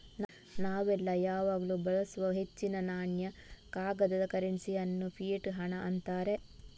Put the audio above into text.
ನಾವೆಲ್ಲ ಯಾವಾಗ್ಲೂ ಬಳಸುವ ಹೆಚ್ಚಿನ ನಾಣ್ಯ, ಕಾಗದದ ಕರೆನ್ಸಿ ಅನ್ನು ಫಿಯಟ್ ಹಣ ಅಂತಾರೆ